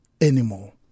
anymore